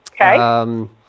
Okay